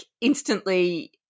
instantly